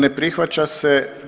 Ne prihvaća se.